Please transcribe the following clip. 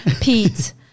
Pete